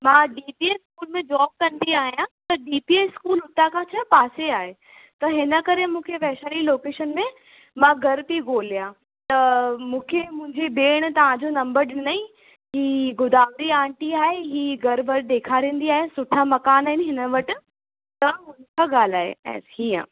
मां D P S school में job कंदी आहियां त डी पी एस इस्कूल हुता खां छा पासे आहे त हिन करे मूंखे वैशाली लोकेशन में मां घरु थी ॻोल्हियां त मूंखे मुंहिंजी भेण तव्हांजो नंबर ॾिनईं की गोदावरी आंटी आहे हीअ घरु वर ॾेखारींदी आहे सुठा मकान आहिनि हिन वटि त हुन सां ॻाल्हाइ ऐं हीअं